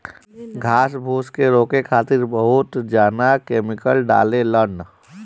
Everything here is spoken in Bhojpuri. घास फूस के रोके खातिर बहुत जना केमिकल डालें लन